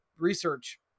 Research